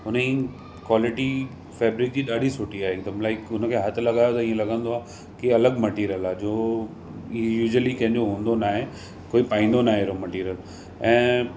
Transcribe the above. हुनजी quality fabric जी ॾाढी सुठी आहे हिकदमि लाइक़ हुनखे हथ लॻायो त हीअं लॻंदो आहे की अलॻि मटीरियल आहे जो यूसयूअली कंहिंजो हूंदो न आहे कोई पाईंदो न आहे अहिड़ो मटीरियल ऐं